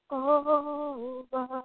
over